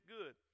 good